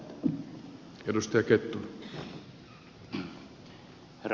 herra puhemies